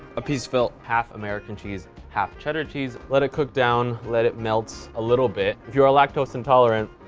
a piece fell. half american cheese, half cheddar cheese, let it cook down, let it melt a little bit. if you are lactose intolerant,